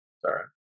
sorry